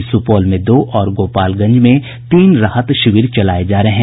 अभी सुपौल में दो और गोपालगंज में तीन राहत शिविर चलाये जा रहे हैं